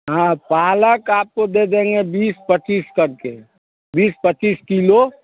हाँ पालक आपको दे देंगे बीस पच्चीस कर के बीस पच्चीस किलो